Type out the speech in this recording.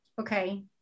Okay